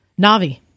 Navi